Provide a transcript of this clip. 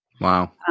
Wow